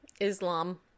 Islam